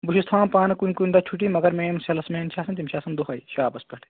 بہٕ چھُس تھاوان پانہٕ کُنہِ کُنہِ دۄہ چھُٹی مگر مےٚ یِم سیلٕز میٛن چھِ آسان تِم چھِ آسان دۅہے شاپَس پیٚٹھ